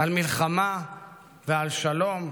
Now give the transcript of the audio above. על מלחמה ועל שלום,